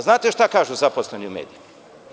Znate šta kažu zaposleni u medijima?